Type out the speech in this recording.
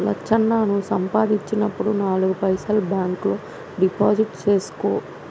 లచ్చన్న నువ్వు సంపాదించినప్పుడు నాలుగు పైసలు బాంక్ లో డిపాజిట్లు సేసుకో